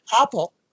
Apple